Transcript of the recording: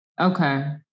Okay